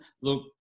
Look